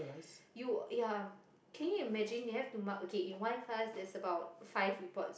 you ya can you imagine you have to mark okay in one class there's about five report